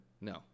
No